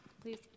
Please